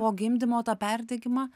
po gimdymo tą perdegimą